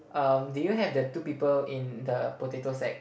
um do you have the two people in the potato side